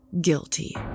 guilty